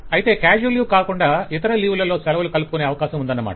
అయితే casual leave కాకుండా ఇతర లీవ్ లలో సెలవులు కలుపుకొనే అవకాశం ఉందన్నమాట